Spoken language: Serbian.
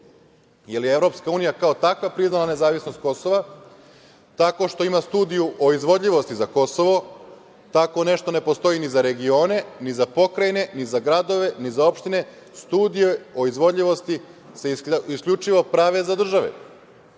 jer je EU kao takva priznala nezavisnost Kosova, tako što ima studiju o izvodljivosti za Kosovo, tako nešto ne postoji ni za regione, ni za pokrajine, ni za gradove, ni za opštine. Studije o izvodljivosti se isključivo prave za države.